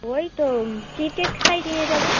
ওই তো ক্রিকেট খেলায় নিয়ে যাবো